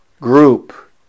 group